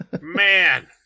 man